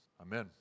Amen